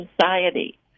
society